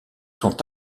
sont